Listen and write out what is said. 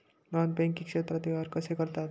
Non banking क्षेत्रात व्यवहार कसे करतात?